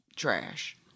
Trash